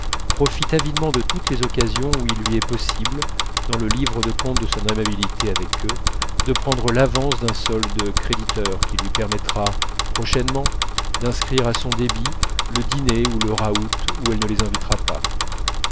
profite avidement de toutes les occasions où il lui est possible dans le livre de comptes de son amabilité avec eux de prendre l'avance d'un solde créditeur qui lui permettra prochainement d'inscrire à son débit le dîner ou le raout où elle ne les invitera pas